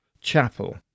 chapel